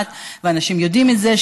ואנשים יודעים את זה,